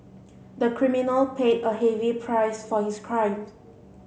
the criminal paid a heavy price for his crime